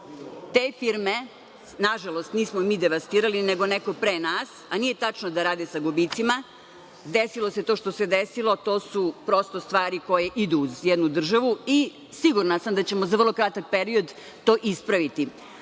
Te firme, nažalost, nismo mi devastirali nego neko pre nas, a nije tačno da rade sa gubicima, desilo se to što se desilo. To su prosto stvari koje idu uz jednu državu i siguran sam da ćemo za vrlo kratak period to ispraviti. Ono